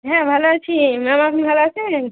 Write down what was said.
হ্যাঁ ভালো আছি ম্যাম আপনি ভালো আছেন